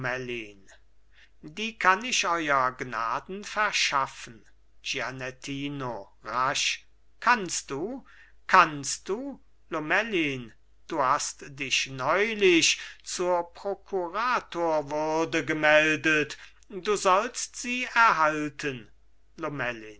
das kann ich euer gnaden verschaffen gianettino rasch kannst du kannst du lomellin du hast dich neulich zur prokuratorwürde gemeldet du sollst sie erhalten lomellin